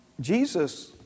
Jesus